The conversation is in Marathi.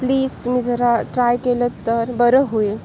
प्लीज तुम्ही जरा ट्राय केलंत तर बरं होईल